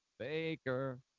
Baker